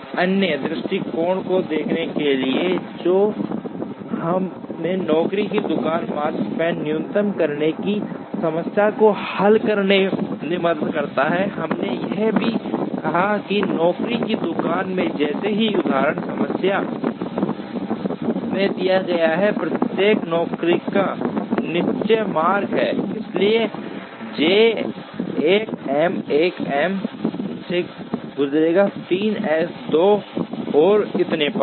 एक अन्य दृष्टिकोण को देखने के लिए जो हमें नौकरी की दुकान पर Makespan न्यूनतम करने की समस्या को हल करने में मदद करता है हमने यह भी कहा कि नौकरी की दुकान में जैसा कि उदाहरण समस्या में दिया गया है प्रत्येक नौकरी का एक निश्चित मार्ग है इसलिए J 1 M 1 M से गुजरेगा 3 एम 2 और इतने पर